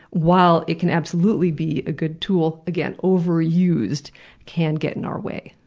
while it can absolutely be a good tool, again, overused can get in our way.